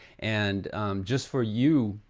and just for you,